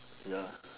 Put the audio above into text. ya